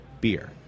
beer